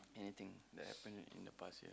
anything that happened in the past year